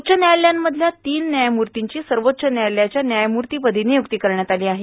उच्च न्यायालयांमधल्या तीन न्यायमूर्तीची सर्वोच्च न्यायालयाच्या न्यायमूर्तीपदी नियुक्ती करण्यात आली आहे